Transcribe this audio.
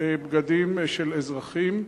בגדים של אזרחים,